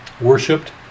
worshipped